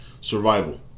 survival